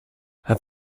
have